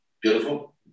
beautiful